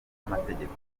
amategeko